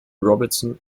robertson